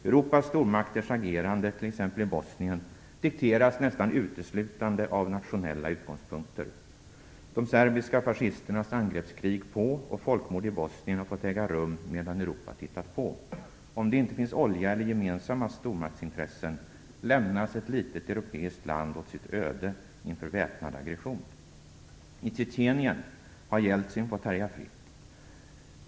Europas stormakters agerande i t.ex. Bosnien dikteras nästan uteslutande från nationella utgångspunkter. De serbiska fascisternas angreppskrig på och folkmord i Bosnien har fått äga rum medan Europa tittat på. Om det inte finns olja eller gemensamma stormaktsintressen lämnas ett litet europeiskt land åt sitt öde inför väpnad aggression. I Tjetjenien har Jeltsin fått härja fritt.